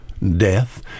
Death